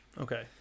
Okay